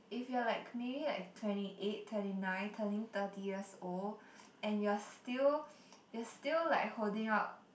if you're like me like twenty eight twenty nine turning thirty years old and you're still you're still like holding out